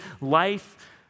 life